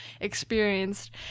experienced